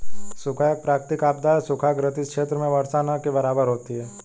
सूखा एक प्राकृतिक आपदा है सूखा ग्रसित क्षेत्र में वर्षा न के बराबर होती है